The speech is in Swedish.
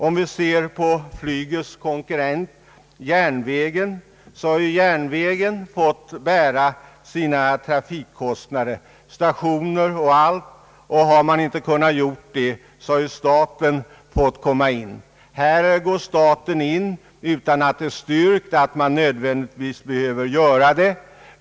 Flygets konkurrent järnvägen har fått bära sina trafikkostnader — för stationer och allt — och om den inte har kunnat göra detta har staten hjälpt till. Här går staten in utan att det är styrkt att detta är nödvändigt.